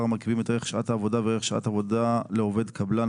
המרכיבים את ערך שעת עבודה וערך שעת עבודה לעובד קבלן),